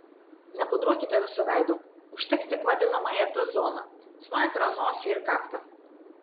nepudruokite viso veido užteks tik vadinamąją t zoną smakrą nosį ir kaktą